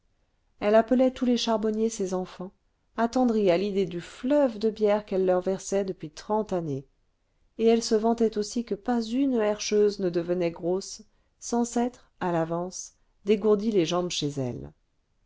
elle appelait tous les charbonniers ses enfants attendrie à l'idée du fleuve de bière qu'elle leur versait depuis trente années et elle se vantait aussi que pas une herscheuse ne devenait grosse sans s'être à l'avance dégourdi les jambes chez elle